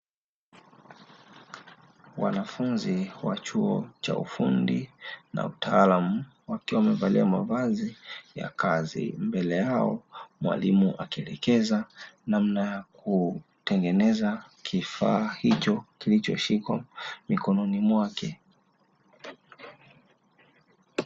Wanafunzi wa chuo cha ufundi na utaalamu, wakiwa wamevalia mavazi ya kazi. Mbele yao mwalimu akielekeza namna ya kutengeneza kifaa hicho kilichoshikwa mikononi mwake.